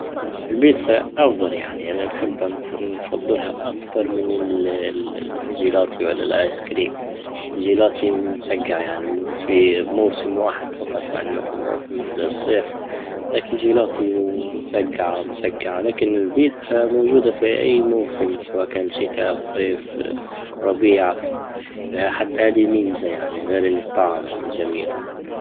البيتزا افضل يعني انا نحبها- نفضلها اكتر من الـ- جيلاتي ولا الايس كريم. جيلاتي مسجع يعني في موسم واحد فقط يعني مثلا موسم الصيف. تاكل جيلاتي وتسجعه- مسجعة. لكن البيتزا موجودة في اي موسم سواء كان شتا او صيف ربيع، حتى هذه ميزة يعني غير الطعم جميل.